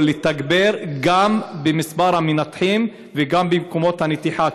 לתגבר גם את מספר המנתחים וגם את מקומות הנתיחה,